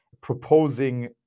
proposing